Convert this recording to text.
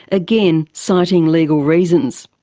again citing legal reasons.